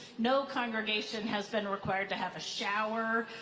no congregation has been required to have a shower.